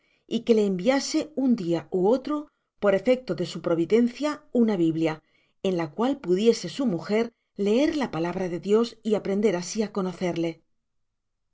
y que le enviase un dia ú otro por efecto de su providencia una biblia en la cual pudiese sa mujer leer la palabra de dios y aprender así á conocerle